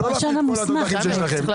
זה לא להפעיל את כל התותחים שיש לכם.